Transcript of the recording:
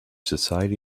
society